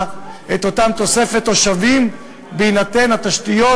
את אותה תוספת תושבים בהינתן התשתיות,